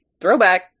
Throwback